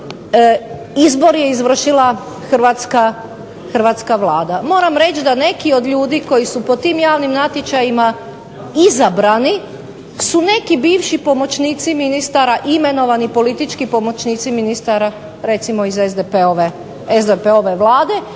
izbor je izvršila Hrvatska vlada. Moram reći da neki od ljudi koji su po tim javnim natječajima izabrani su neki pomoćnici ministara imenovani politički pomoćnici ministara recimo iz SDP-ove Vlade